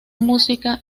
música